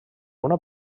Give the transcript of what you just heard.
una